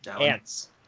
Ants